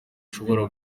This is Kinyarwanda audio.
ashobora